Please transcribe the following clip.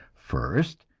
first,